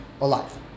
alive